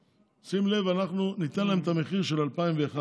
שים לב: אנחנו ניתן להם את המחיר של 2011,